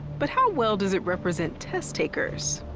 but how well does it represent test-takers?